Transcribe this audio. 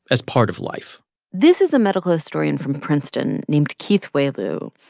as part of life this is a medical historian from princeton named keith wailoo,